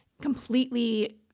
completely